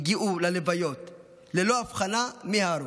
הגיעו ללוויות ללא הבחנה מי ההרוג,